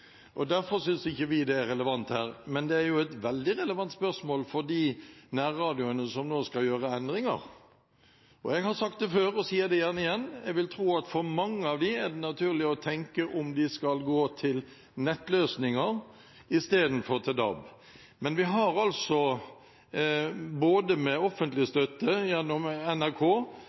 og derfor synes ikke vi det er relevant her, men det er et veldig relevant spørsmål for de nærradioene som nå skal gjøre endringer. Jeg har sagt det før og sier det gjerne igjen: Jeg vil tro at for mange av dem er det naturlig å tenke på om de skal gå til nettløsninger istedenfor til DAB. Men vi har altså både med offentlig